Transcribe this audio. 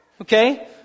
okay